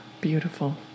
Beautiful